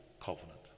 Covenant